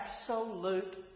absolute